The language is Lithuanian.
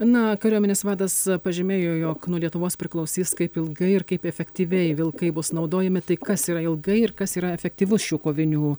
na kariuomenės vadas pažymėjo jog nuo lietuvos priklausys kaip ilgai ir kaip efektyviai vilkai bus naudojami tai kas yra ilgai ir kas yra efektyvus šių kovinių